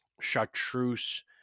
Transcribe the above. chartreuse